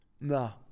no